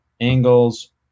angles